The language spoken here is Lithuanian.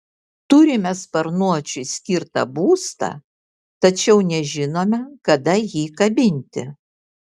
turime sparnuočiui skirtą būstą tačiau nežinome kada jį kabinti